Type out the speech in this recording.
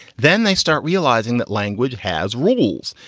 then they start realizing that language has rules,